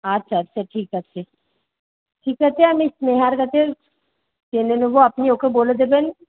আচ্ছা আচ্ছা ঠিক আছে ঠিক আছে আমি স্নেহার কাছে জেনে নেব আপনি ওকে বলে দেবেন